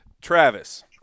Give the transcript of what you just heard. Travis